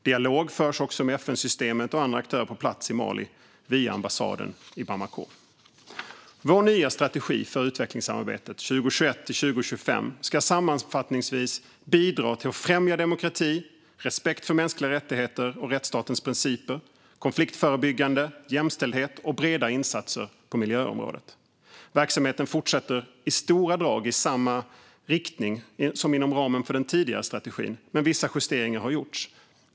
Dialog förs också med FN-systemet och andra aktörer på plats i Mali via vår ambassad i Bamako. Vår nya strategi för utvecklingssamarbete 2021-2025 ska sammanfattningsvis bidra till att främja demokrati, respekt för mänskliga rättigheter och rättsstatens principer, konfliktförebyggande, jämställdhet och breda insatser på miljöområdet. Verksamheten fortsätter i stora drag i samma riktning som inom ramen för den tidigare strategin, men vissa justeringar har gjorts.